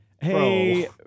Hey